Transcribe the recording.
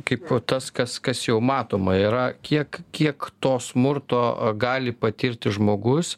kaip tas kas kas jau matoma yra kiek kiek to smurto gali patirti žmogus